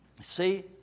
See